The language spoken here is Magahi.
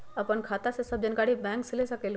आपन खाता के सब जानकारी बैंक से ले सकेलु?